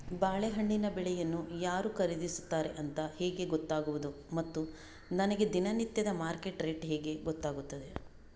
ಬಾಳೆಹಣ್ಣಿನ ಬೆಳೆಯನ್ನು ಯಾರು ಖರೀದಿಸುತ್ತಾರೆ ಅಂತ ಹೇಗೆ ಗೊತ್ತಾಗುವುದು ಮತ್ತು ನನಗೆ ದಿನನಿತ್ಯದ ಮಾರ್ಕೆಟ್ ರೇಟ್ ಹೇಗೆ ಗೊತ್ತಾಗುತ್ತದೆ?